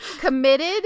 committed